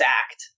act